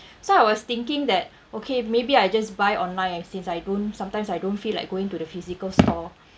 so I was thinking that okay maybe I just buy online and since I don't sometimes I don't feel like going to the physical store